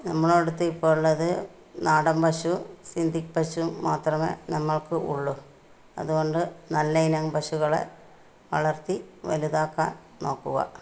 നമ്മുടെ അടുത്ത് ഇപ്പം ഉള്ളത് നാടന് പശുവും സിന്ധി പശുവും മത്രമേ നമ്മള്ക്ക് ഉള്ളൂ അതുകൊണ്ട് നല്ല ഇനം പശുക്കളെ വളര്ത്തി വലുതാക്കാന് നോക്കുക